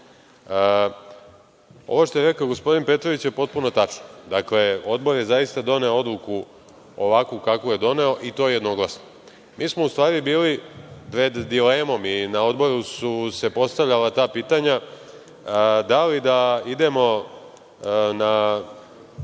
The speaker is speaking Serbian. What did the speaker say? što je rekao gospodin Petrović je potpuno tačno. Dakle, Odbor je zaista doneo odluku ovakvu kakvu je doneo i to jednoglasno. Mi smo u stvari bili pred dilemom i na Odboru su se postavljala ta pitanja, da li da idemo na